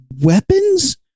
weapons